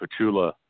Pachula